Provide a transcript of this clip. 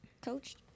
coached